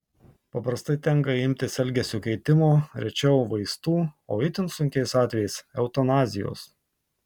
paprastai tenka imtis elgesio keitimo rečiau vaistų o itin sunkiais atvejais eutanazijos